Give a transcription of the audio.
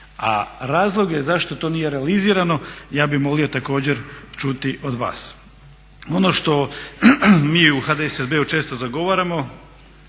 a razloge zašto to nije realizirano ja bih molio također čuti od vas. Ono što mi u HDSSB-u često zagovaramo,